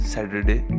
Saturday